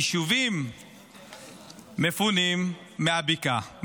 יישובים מפונים מהבקעה,